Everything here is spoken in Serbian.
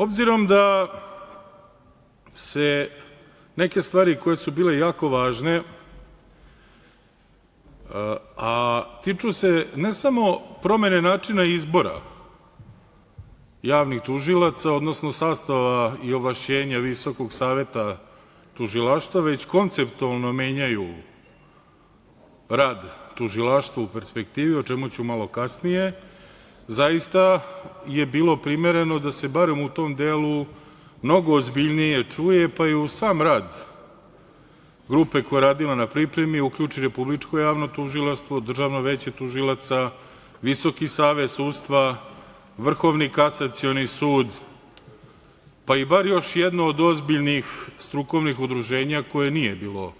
Obzirom da se neke stvari koje su bile jako važne a tiču se ne samo promene načina izbora javnih tužilaca, odnosno sastava i ovlašćenja Visokog saveta tužilaštva, već konceptualno menjaju rad tužilaštva u perspektivi, o čemu ću malo kasnije, zaista je bilo primereno da se barem u tom delu mnogo ozbiljnije čuje, pa i uz sam rad grupe koja je radila na pripremi uključi Republičko javno tužilaštvo, Državno veće tužilaca, Visoki savet sudstva, Vrhovni kasacioni sud, pa i bar još jedno od ozbiljnih strukovnih udruženja koje nije bilo